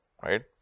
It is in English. Right